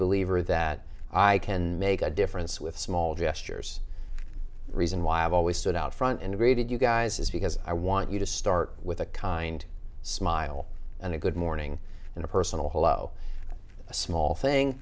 believer that i can make a difference with small gestures reason why i've always stood out front and rated you guys is because i want you to start with a kind smile and a good morning and a personal hello a small thing